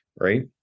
right